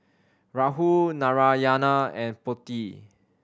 Rahul Narayana and Potti